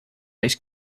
ice